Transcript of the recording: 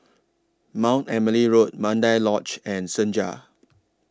Mount Emily Road Mandai Lodge and Senja